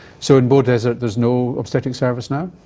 so in beaudesert, there's no obstetric service now?